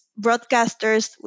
broadcasters